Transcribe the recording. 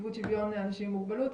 כולל גופים סטטוטוריים,